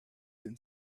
been